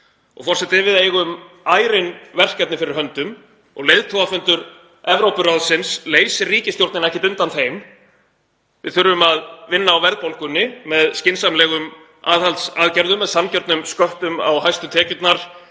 Forseti. Við eigum ærin verkefni fyrir höndum og leiðtogafundur Evrópuráðsins leysir ríkisstjórnina ekki undan þeim. Við þurfum að vinna á verðbólgunni með skynsamlegum aðhaldsaðgerðum, með sanngjörnum sköttum á hæstu tekjurnar,